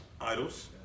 idols